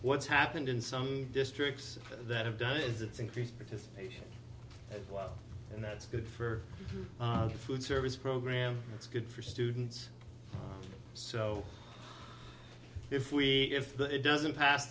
what's happened in some districts that have done is it's increased participation as well and that's good for the food service program it's good for students so if we if it doesn't pass